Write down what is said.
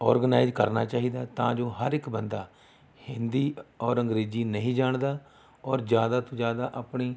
organise ਕਰਨਾ ਚਾਹੀਦਾ ਹੈ ਤਾਂ ਜੋ ਹਰ ਇੱਕ ਬੰਦਾ ਹਿੰਦੀ ਔਰ ਅੰਗਰੇਜ਼ੀ ਨਹੀਂ ਜਾਣਦਾ ਔਰ ਜ਼ਿਆਦਾ ਤੋਂ ਜ਼ਿਆਦਾ ਆਪਣੀ